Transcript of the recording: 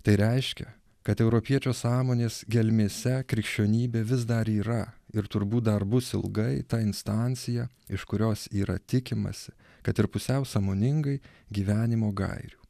tai reiškia kad europiečio sąmonės gelmėse krikščionybė vis dar yra ir turbūt dar bus ilgai ta instancija iš kurios yra tikimasi kad ir pusiau sąmoningai gyvenimo gairių